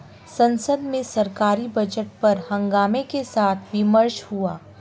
संसद में सरकारी बजट पर हंगामे के साथ विमर्श हुआ